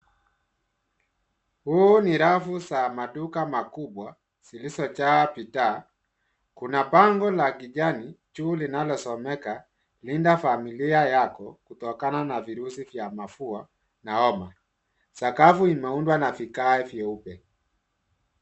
Huu ni rafu za maduka makubwa zilizojaa bidhaa. Kuna bango la kijani juu linalosomeka Linda familia yako kutokana na virusi vya mafua na homa. Sakafu imeundwa na vigae vyeupe.